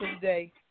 today